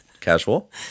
casual